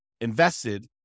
invested